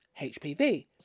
HPV